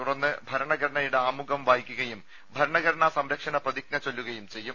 തുടർന്ന് ഭരണഘടനയുടെ ആമുഖം വായിക്കുകയും ഭരണഘടനാ സംരക്ഷണ പ്രതിജ്ഞ ചൊല്ലുകയും ചെയ്യും